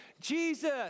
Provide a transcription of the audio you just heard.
Jesus